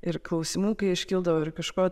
ir klausimų kai iškildavo ir kažko